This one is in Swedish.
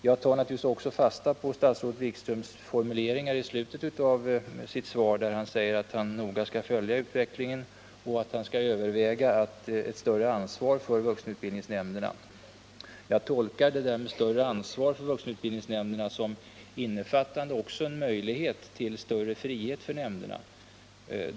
Jag tar naturligtvis också fasta på statsrådet Wikströms formuleringar i slutet av svaret, där han säger att han noga skall följa utvecklingen och att han skall överväga ett större ansvar för vuxenutbildningsnämnderna. Jag tolkar detta om större ansvar för vuxenutbildningsnämnderna som innefattande också en möjlighet till större frihet för nämnderna.